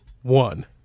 One